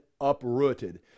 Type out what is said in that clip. uprooted